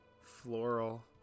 floral